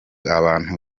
abantu